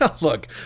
look